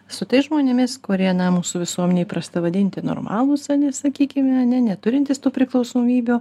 su tais žmonėmis kurie na mūsų visuomenėj įprasta vadinti normalūs ar ne sakykime ar ne neturintys tų priklausomybių